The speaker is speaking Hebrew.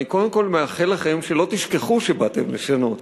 אני קודם כול מאחל לכם שלא תשכחו שבאתם לשנות